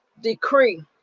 decree